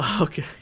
okay